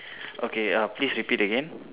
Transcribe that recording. okay err please repeat again